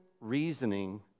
reasoning